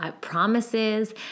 promises